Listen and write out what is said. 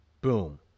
Boom